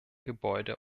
gebäude